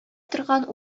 торган